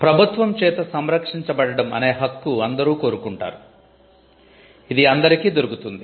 'ప్రభుత్వం చేత సంరక్షించబడడం' అనే హక్కు అందరు కోరుకుంటారు ఇది అందరికి దొరుకుతుంది